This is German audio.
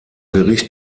gericht